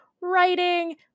writing